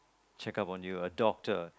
check up on you a doctor